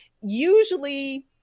usually